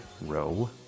Row